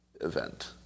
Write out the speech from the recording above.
event